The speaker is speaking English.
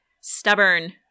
Stubborn